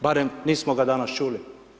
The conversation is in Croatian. Barem nismo ga danas čuli.